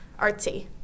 artsy